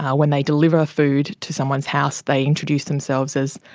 when they deliver food to someone's house they introduce themselves as,